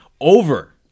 over